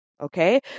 okay